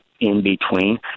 In-Between